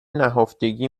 نهفتگی